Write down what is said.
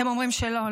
אתם אומרים שלא.